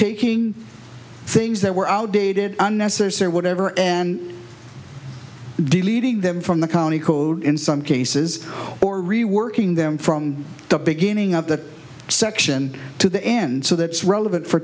taking things that were outdated unnecessary whatever and deleting them from the county code in some cases or reworking them from the beginning of the section to the end so that's relevant for